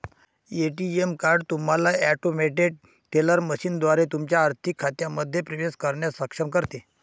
ATM card तुम्हाला automated teller मशीनद्वारे तुमच्या आर्थिक खात्यांमध्ये प्रवेश करण्यास सक्षम करते